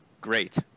great